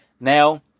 Now